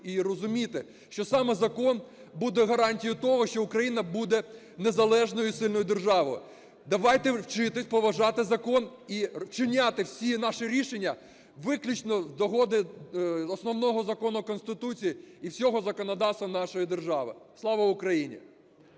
і розуміти, що саме закон буде гарантією того, що Україна буде незалежною сильною державою. Давайте вчитись поважати закон і вчиняти всі наші рішення виключно на догоду основного Закону – Конституції і всього законодавства нашої держави. Слава Україні!